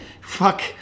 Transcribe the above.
fuck